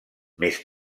més